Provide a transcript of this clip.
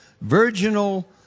virginal